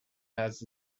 has